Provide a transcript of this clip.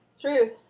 Truth